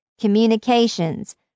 communications